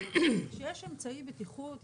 כשיש אמצעי בטיחות,